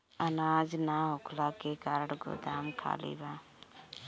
अनाज ना होखला के कारण गोदाम खाली बा